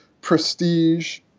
prestige